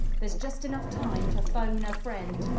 there's just enough time to phone a friend.